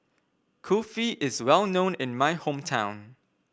Kulfi is well known in my hometown